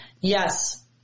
Yes